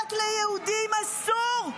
רק ליהודים אסור.